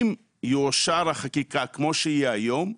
אם תאושר החקיקה כמו שהיא היום,